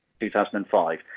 2005